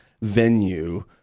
venue